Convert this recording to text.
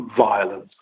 violence